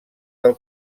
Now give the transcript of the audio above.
del